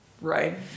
right